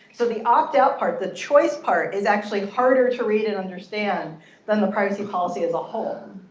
so the opt out part, the choice part, is actually harder to read and understand than the privacy policy as a whole.